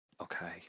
Okay